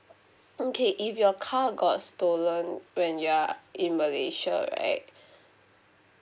okay if your car got stolen you when you are in malaysia right